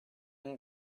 and